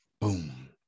Boom